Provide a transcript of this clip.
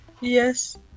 Yes